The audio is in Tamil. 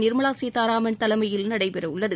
நிர்மலா சீத்தாராமன் தலைமையில் நடைபெறவுள்ளது